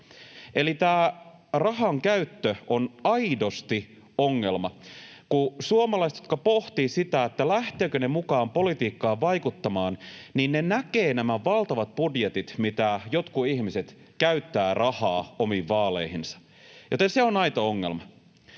eli tämä rahankäyttö on aidosti ongelma. Kun suomalaiset pohtivat sitä, lähtevätkö he mukaan politiikkaan vaikuttamaan, niin he näkevät nämä valtavat budjetit, mitä jotkut ihmiset käyttävät rahaa omiin vaaleihinsa, joten se on aito ongelma.